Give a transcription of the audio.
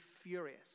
furious